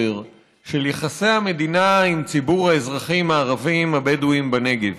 של יחסי המדינה עם ציבור האזרחים הערבים הבדואים בנגב.